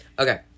Okay